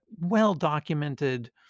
well-documented